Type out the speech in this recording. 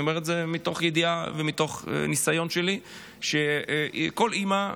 אני אומר את זה מתוך ידיעה ומתוך ניסיון שלי שכל אימא,